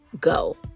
go